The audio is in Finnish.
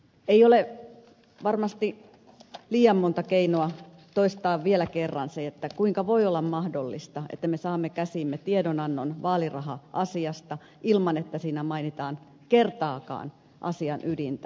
ei ole varmasti liian monta keinoa toistaa vielä kerran se kuinka voi olla mahdollista että me saamme käsiimme tiedonannon vaaliraha asiasta ilman että siinä mainitaan kertaakaan asian ydintä